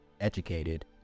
educated